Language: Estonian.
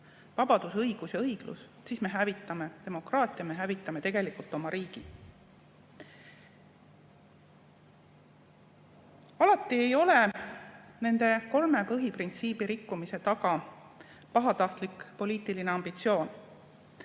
vabadus, õigus ja õiglus –, siis me hävitame demokraatia, me hävitame tegelikult oma riigi. Alati ei ole nende kolme printsiibi rikkumise taga pahatahtlik poliitiline ambitsioon.